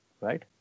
right